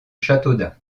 châteaudun